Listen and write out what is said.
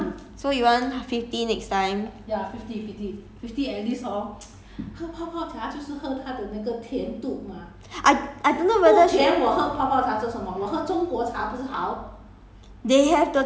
twenty five is good so you don't like twenty five so you want fifty next time I I don't know whether should